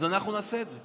אז אנחנו נעשה את זה.